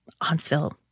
Huntsville